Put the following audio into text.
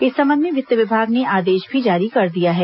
इस संबंध में वित्त विभाग ने आदेश भी जारी कर दिया है